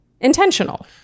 intentional